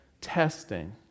testing